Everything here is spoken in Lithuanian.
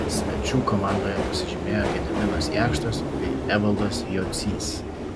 svečių komandoje pasižymėjo gediminas jakštas bei evaldas jocys